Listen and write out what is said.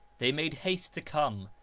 they made haste to come,